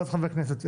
ואז חברי כנסת,